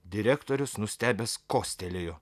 direktorius nustebęs kostelėjo